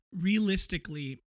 realistically